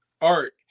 art